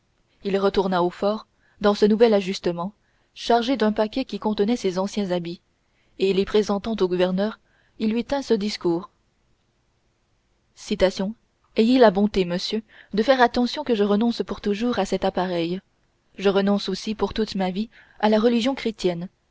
il retourna au fort dans ce nouvel ajustement chargé d'un paquet qui contenait ses anciens habits et les présentant au gouverneur il lui tint ce discours voy le frontispice ayez la bonté monsieur de faire attention que je renonce pour toujours à cet appareil je renonce aussi pour toute ma vie à la religion chrétienne